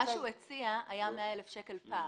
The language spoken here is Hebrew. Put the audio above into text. מה שהוא הציע היה 100,000 שקל פער.